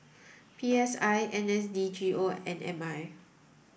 P S I N S D G O and M I